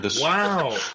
wow